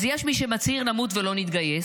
אז יש מי שמצהיר "נמות ולא נתגייס",